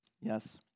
Yes